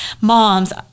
moms